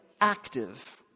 active